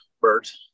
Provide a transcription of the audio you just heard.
bert